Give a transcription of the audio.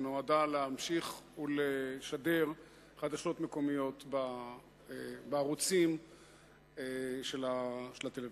שנועדה לאפשר להמשיך ולשדר חדשות מקומיות בערוצים של הטלוויזיה,